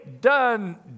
done